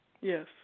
Yes